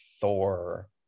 thor